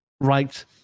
right